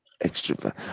extra